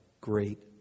great